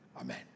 Amen